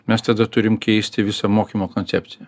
mes tada turim keisti visą mokymo koncepciją